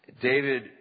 David